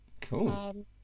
Cool